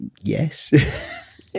Yes